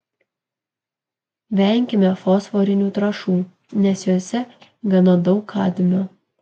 venkime fosforinių trąšų nes jose gana daug kadmio